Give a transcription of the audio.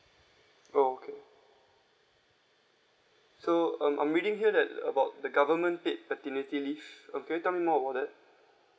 orh okay so um I'm waiting here that about the government paid paternity leave uh can you tell me more about that